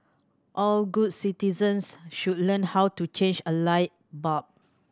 all good citizens should learn how to change a light bulb